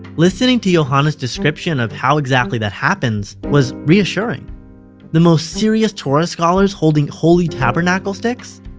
listening to yohanna's description of how exactly that happens was reassuring the most serious torah scholars holding holy tabernacle sticks?